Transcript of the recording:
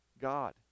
God